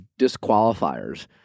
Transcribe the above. disqualifiers